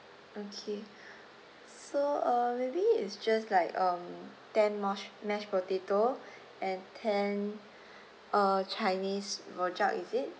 okay so uh maybe it's just like um ten mash mashed potato and ten uh chinese rojak is it